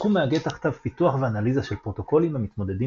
התחום מאגד תחתיו פיתוח ואנליזה של פרוטוקולים המתמודדים